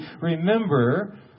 remember